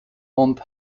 und